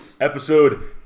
episode